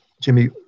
Jimmy